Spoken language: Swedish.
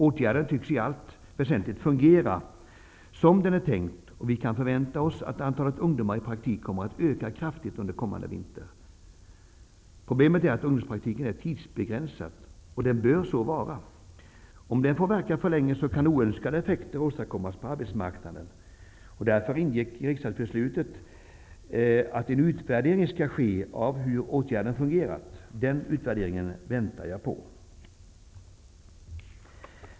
Åtgärden tycks i allt väsenligt fungera som den är tänkt, och vi kan förvänta oss att antalet ungdomar i praktik kommer att öka kraftigt under kommande vinter. Problemet är att ungdomspraktiken är tidsbegränsad. Och den bör så vara. Om den får verka för länge, kan oönskade effekter åtadkommas på arbetsmarknaden. Därför ingick i riksdagsbeslutet att en utvärdering skall ske av hur denna nya åtgärd fungerat. Den utvärderingen väntar jag på.